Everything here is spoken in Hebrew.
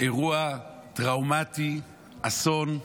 אירוע טראומטי, אסון,